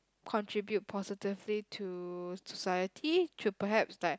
contribute positively to society to perhaps that